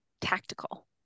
tactical